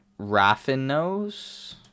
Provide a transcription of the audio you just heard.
raffinose